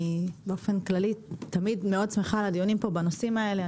באופן כללי אני תמיד שמחה מאוד לדיונים פה בנושאים האלה.